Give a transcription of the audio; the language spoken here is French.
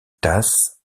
tasse